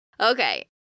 Okay